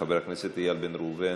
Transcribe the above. חבר הכנסת איל בן ראובן.